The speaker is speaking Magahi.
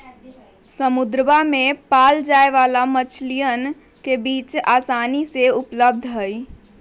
समुद्रवा में पाल्ल जाये वाला मछलीयन के बीज आसानी से उपलब्ध हई